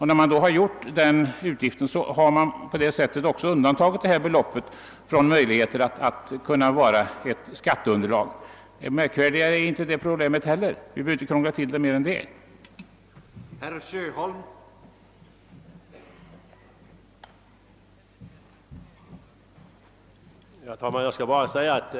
När man har gjort den utgiften har man också undantagit detta belopp från skatteunderlaget. Märkvärdigare är inte det problemet, och vi behöver inte krångla till det värre än det är.